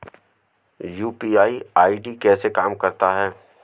UPI ID कैसे काम करता है?